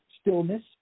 stillness